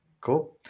Cool